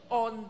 on